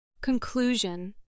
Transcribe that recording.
Conclusion